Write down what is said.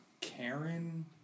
Karen